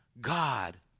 God